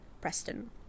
Preston